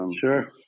Sure